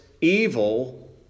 evil